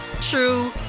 true